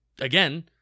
again